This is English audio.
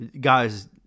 guys